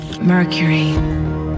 Mercury